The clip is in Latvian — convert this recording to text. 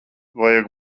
vajag